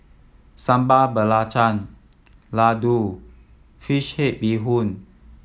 Sambal Belacan laddu fish head bee hoon